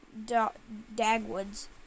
Dagwood's